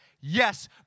Yes